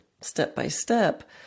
step-by-step